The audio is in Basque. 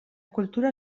kultura